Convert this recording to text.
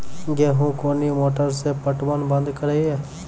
गेहूँ कोनी मोटर से पटवन बंद करिए?